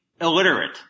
illiterate